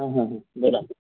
हां हां हां बोला